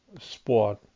sport